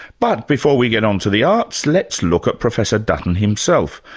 but before we get on to the arts, let's look at professor dutton himself.